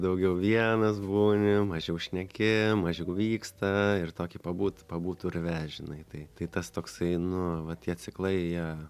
daugiau vienas būni mažiau šneki mažiau vyksta ir tokį pabūt pabūt urve žinai tai tai tas toksai nu va tie ciklai jie